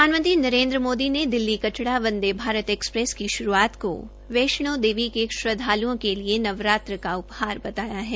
प्रधानमंत्री नरेन्द्र मोदी ने दिल्ली कटरा वंदे भारत एकसप्रेस की शुरूआत को वैष्णो देवी के श्रद्वालुओं के लिए नवरात्र का उपहार बताया है